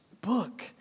book